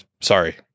sorry